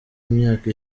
imyaka